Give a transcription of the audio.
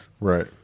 Right